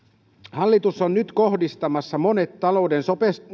hallitus on nyt kohdistamassa monet talouden